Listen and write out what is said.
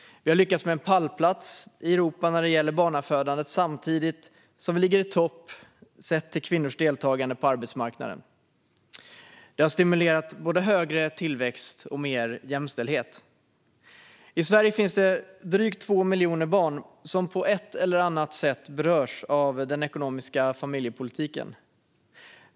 Vi har lyckats få en pallplats i Europa när det gäller barnafödande samtidigt som vi ligger i topp sett till kvinnors deltagande på arbetsmarknaden. Det har stimulerat både en högre tillväxt och mer jämställdhet. I Sverige finns det drygt 2 miljoner barn som på ett eller annat sätt berörs av den ekonomiska familjepolitiken.